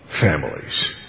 families